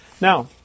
Now